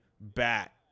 bat